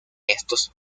estos